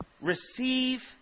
receive